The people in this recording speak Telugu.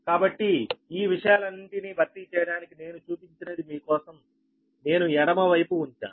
కాబట్టి ఈ విషయాలన్నింటినీ భర్తీ చేయడానికి నేను చూపించినది మీ కోసం నేను ఎడమ వైపు ఉంచాను